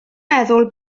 meddwl